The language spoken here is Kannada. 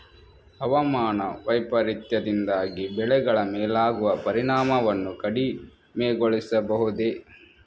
ಹವಾಮಾನ ವೈಪರೀತ್ಯದಿಂದಾಗಿ ಬೆಳೆಗಳ ಮೇಲಾಗುವ ಪರಿಣಾಮವನ್ನು ಕಡಿಮೆಗೊಳಿಸಬಹುದೇ?